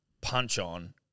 punch-on